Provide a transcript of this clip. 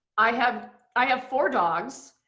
i have i have four dogs.